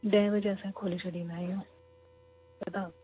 ॾहें बजे असां खोले छॾींदा आहियूं त तव्हां